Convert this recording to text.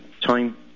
time